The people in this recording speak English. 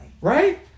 Right